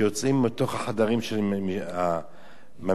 יוצאות מתוך החדרים, מהמשטרה.